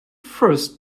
first